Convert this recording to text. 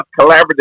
collaborative